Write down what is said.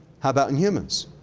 how about in humans?